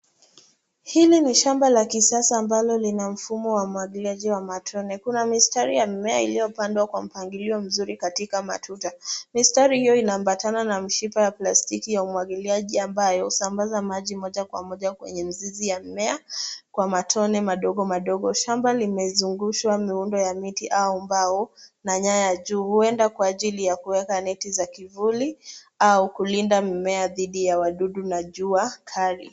Hili ni shamba la kisasa ambalo lina mfumo wa umwagiliaji wa matone, kuna mistari ya mimea iliopandwa kwa mpangilio mzuri katika matuta. Mistari hiyo inaambatana na mishipa ya plastiki ya umwagiliaji ambayo husambaza maji moja kwa moja kwenye mizizi ya mimea kwa matone madogo madogo. Shamba limezungushwa miundo ya miti au mbao na nyaya juu huenda kwa ajili ya kuweka neti za kivuli au kulinda mimea dhidi ya wadudu na jua kali.